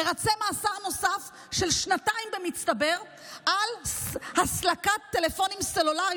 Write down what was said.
מרצה מאסר נוסף של שנתיים במצטבר על הסלקת טלפונים סלולריים.